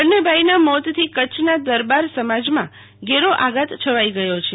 બન્ને ભાઈના મોતથી કચ્છના ક્ષત્રિય દરબાર સમાજમાં ઘેરો આઘાત છવાઈ ગયો છે